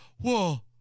Whoa